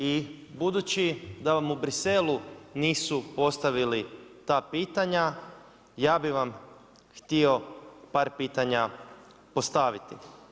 I budući da vam u Bruxellesu nisu postavili ta pitanja, ja bi vam htio par pitanja postaviti.